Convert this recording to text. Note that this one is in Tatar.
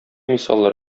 мисаллар